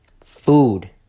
food